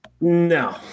No